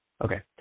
Okay